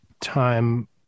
time